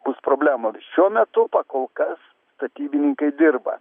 bus problemų ir šiuo metu pakol kas statybininkai dirba